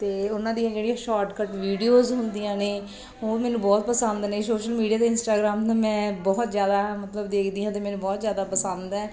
ਅਤੇ ਉਹਨਾਂ ਦੀਆਂ ਜਿਹੜੀਆਂ ਸ਼ੋਰਟਕੱਟ ਵੀਡੀਓਜ਼ ਹੁੰਦੀਆਂ ਨੇ ਉਹ ਮੈਨੂੰ ਬਹੁਤ ਪਸੰਦ ਨੇ ਸ਼ੋਸ਼ਲ ਮੀਡੀਆ 'ਤੇ ਇੰਸਟਾਗਰਾਮ 'ਤੇ ਮੈਂ ਬਹੁਤ ਜ਼ਿਆਦਾ ਮਤਲਬ ਦੇਖਦੀ ਹਾਂ ਅਤੇ ਮੈਨੂੰ ਬਹੁਤ ਜ਼ਿਆਦਾ ਪਸੰਦ ਹੈ